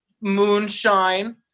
Moonshine